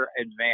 advance